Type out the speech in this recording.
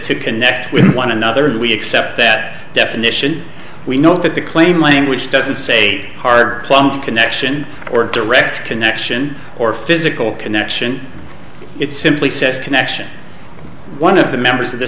to connect with one another and we accept that definition we know that the claim language doesn't say heart plumb connection or direct connection or physical connection it simply says connection one of the members of th